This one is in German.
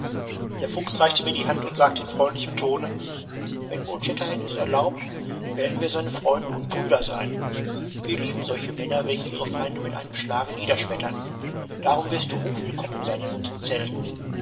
der fuchs reichte mir die hand und sagte in freundlichem tone wenn old shatterhand es erlaubt werden wir seine freunde und brüder sein wir lieben solche männer welche ihre feinde mit einem schlage niederschmettern darum wirst du hochwillkommen sein in unsern zelten